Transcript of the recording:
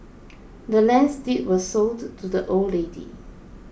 the land's deed was sold to the old lady